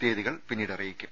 തീയതികൾ പിന്നീട് അറി യിക്കും